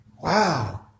Wow